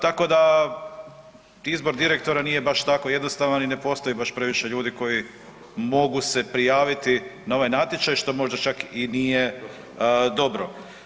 Tako da, izbor direktora nije baš tako jednostavan i ne postoji baš previše ljudi koji mogu se prijaviti na ovaj natječaj, što možda čak i nije dobro.